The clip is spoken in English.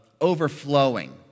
overflowing